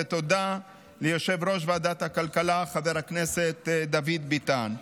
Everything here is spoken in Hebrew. ותודה ליושב-ראש ועדת הכלכלה חבר הכנסת דוד ביטן.